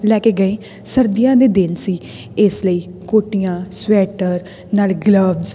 ਲੈ ਕੇ ਗਏ ਸਰਦੀਆਂ ਦੇ ਦਿਨ ਸੀ ਇਸ ਲਈ ਕੋਟੀਆਂ ਸਵੈਟਰ ਨਾਲੇ ਗਲਬਸ